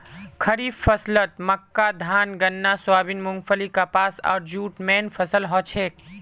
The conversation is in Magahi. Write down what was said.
खड़ीफ फसलत मक्का धान गन्ना सोयाबीन मूंगफली कपास आर जूट मेन फसल हछेक